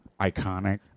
iconic